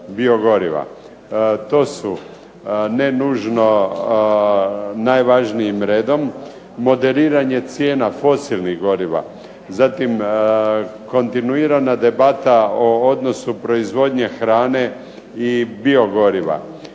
To su ne nužno najvažnijim redom, moderiranje cijena fosilnih goriva, zatim kontinuirana debata u odnosu proizvodnje hrane i biogoriva,